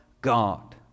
God